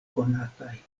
konataj